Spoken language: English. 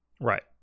Right